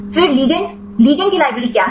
फिर ligand ligand की library क्या है